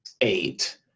eight